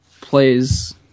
plays